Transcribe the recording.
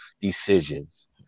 decisions